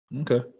Okay